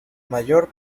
mayor